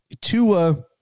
Tua